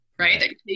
right